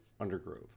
Undergrove